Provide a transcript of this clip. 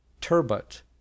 Turbot